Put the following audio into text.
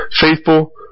faithful